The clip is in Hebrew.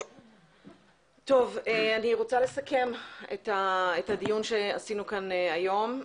אני רוצה לסכם את הדיון שקיימנו כאן היום.